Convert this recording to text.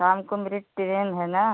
शाम को मेरी ट्रेन है ना